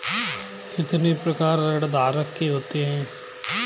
कितने प्रकार ऋणधारक के होते हैं?